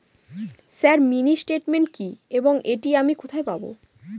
Sir mini statement কি এবং এটি আমি কোথায় পাবো?